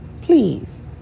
Please